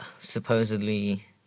supposedly